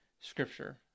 scripture